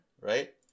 right